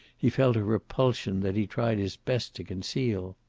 he felt a repulsion that he tried his best to conceal.